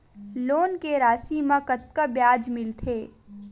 Loan के राशि मा कतका ब्याज मिलथे?